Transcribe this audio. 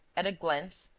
at a glance,